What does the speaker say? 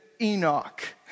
Enoch